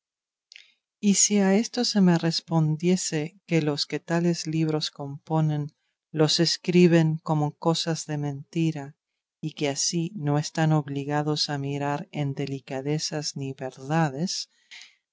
y si a esto se me respondiese que los que tales libros componen los escriben como cosas de mentira y que así no están obligados a mirar en delicadezas ni verdades